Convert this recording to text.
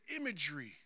imagery